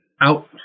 out